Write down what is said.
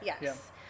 Yes